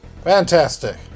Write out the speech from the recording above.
Fantastic